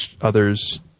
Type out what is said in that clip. others